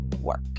work